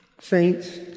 saints